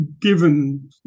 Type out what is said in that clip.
given